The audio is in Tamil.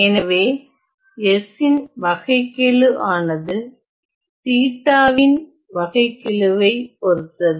எனவே s ன் வகைக் கெழு ஆனது θ வின் வகைக் கெழுவை பொருத்தது